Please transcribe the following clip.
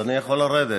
אז אני יכול לרדת.